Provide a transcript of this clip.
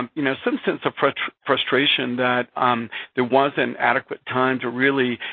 um you know, some sense of frustration that there wasn't adequate time to really,